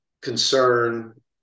concern